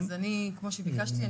כמו שביקשתי,